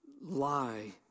lie